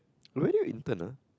where do you intern ah